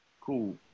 Cool